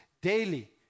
daily